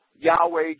Yahweh